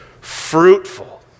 fruitful